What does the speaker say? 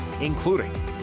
including